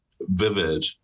vivid